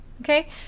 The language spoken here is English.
okay